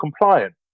compliant